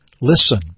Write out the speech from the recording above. Listen